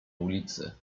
ulicy